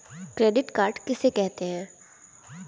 Credit card किसे कहते हैं?